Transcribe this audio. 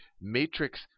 matrix